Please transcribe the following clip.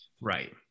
Right